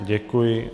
Děkuji.